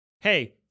hey